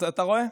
אתה רואה?